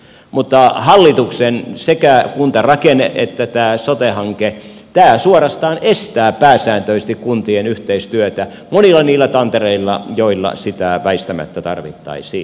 mutta hallituksen hankkeet sekä kuntarakenne että tämä sote hanke tämä suorastaan estää pääsääntöisesti kuntien yhteistyötä monilla niillä tantereilla joilla sitä väistämättä tarvittaisiin